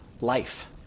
life